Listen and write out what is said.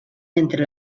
entre